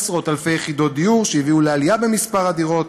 עשרות-אלפי יחידות דיור שהביאו לעלייה במספר הדירות